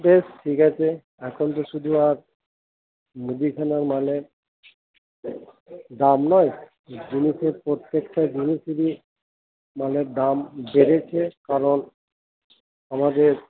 বেশ ঠিক আছে এখন তো শুধু আর মুদিখানার মালের দাম নয় জিনিসের প্রত্যেকটা জিনিসেরই মালের দাম বেড়েছে কারণ আমাদের